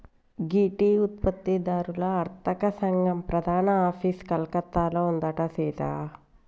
గీ tea ఉత్పత్తి దారుల అర్తక సంగం ప్రధాన ఆఫీసు కలకత్తాలో ఉందంట సీత